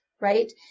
right